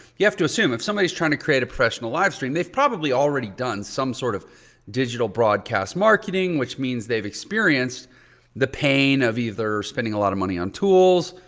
you have to assume if somebody is trying to create a professional live stream, they've probably already done some sort of digital broadcast marketing which means they've experienced the pain of either spending a lot of money on tools